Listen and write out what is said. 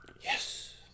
Yes